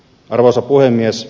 arvoisa puhemies